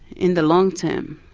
in the long-term